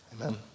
Amen